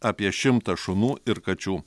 apie šimtą šunų ir kačių